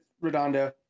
Redondo